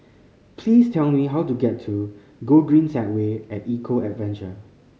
please tell me how to get to Gogreen Segway At Eco Adventure